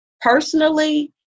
Personally